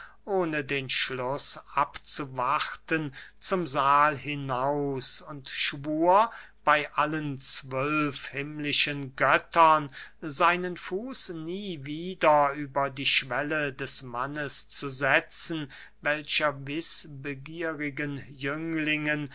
ohne den schluß abzuwarten zum sahl hinaus und schwur bey allen zwölf himmlischen göttern seinen fuß nie wieder über die schwelle des mannes zu setzen welcher wißbegierigen jünglingen